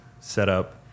setup